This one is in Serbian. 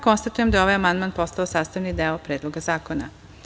Konstatujem da je ovaj amandman postao sastavni deo Predloga zakona.